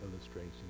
illustration